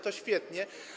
To świetnie.